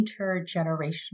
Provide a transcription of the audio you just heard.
intergenerational